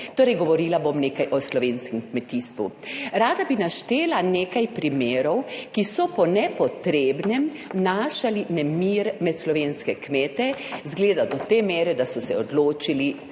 Torej, govorila bom o slovenskem kmetijstvu. Rada bi naštela nekaj primerov, ki so po nepotrebnem vnašali nemir med slovenske kmete, izgleda do te mere, da so se odločili